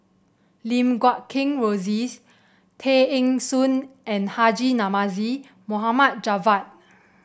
Lim Guat Kheng Rosie Tay Eng Soon and Haji Namazie Mohd Javad